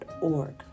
org